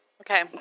Okay